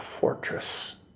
fortress